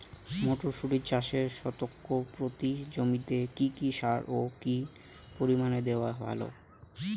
মটরশুটি চাষে শতক প্রতি জমিতে কী কী সার ও কী পরিমাণে দেওয়া ভালো?